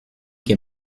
che